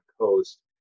coast